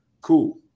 Cool